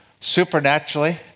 supernaturally